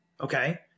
okay